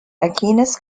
aquinas